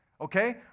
Okay